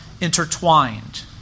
intertwined